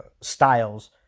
styles